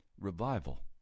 Revival